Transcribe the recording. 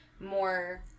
more